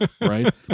right